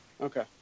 okay